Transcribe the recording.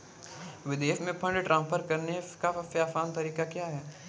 विदेश में fund transfer करने का सबसे आसान तरीका क्या है?